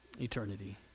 eternity